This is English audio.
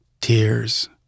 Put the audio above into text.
tears